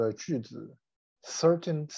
Certain